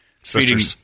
Feeding